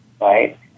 right